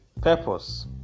purpose